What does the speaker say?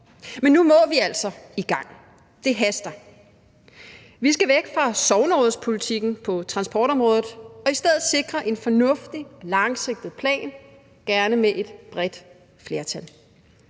Men nu må vi altså komme i gang – det haster. Vi skal væk fra sognerådspolitikken på transportområdet og i stedet sikre en fornuftig, langsigtet plan, gerne med et bredt flertal.